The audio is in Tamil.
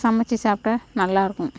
சமைச்சு சாப்பிட்டா நல்லாயிருக்கும்